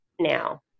now